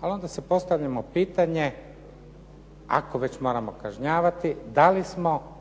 ali onda si postavljamo pitanje, ako već moramo kažnjavati da li smo